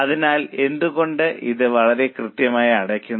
അതിനാൽ Y വളരെ വ്യക്തമായിരിക്കുന്നു